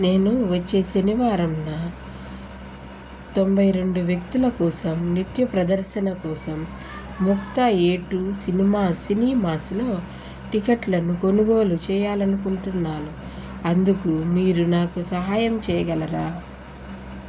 నేను వచ్చే శనివారాన తొంభై రెండు వ్యక్తుల కోసం నిత్య ప్రదర్శన కోసం ముక్తా ఏ టు సినిమా సినిమాస్లో టిక్కెట్లను కొనుగోలు చేయాలని అనుకుంటున్నాను అందుకు మీరు నాకు సహాయం చేయగలరా